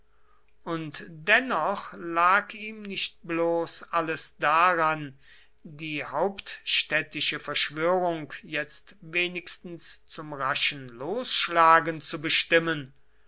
und dennoch lag ihm nicht bloß alles daran die hauptstädtische verschwörung jetzt wenigstens zum raschen losschlagen zu bestimmen